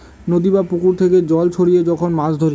নদী বা পুকুর থেকে জাল ছড়িয়ে যখন মাছ ধরে